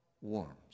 warms